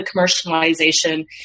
commercialization